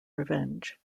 revenge